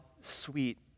sweet